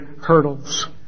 hurdles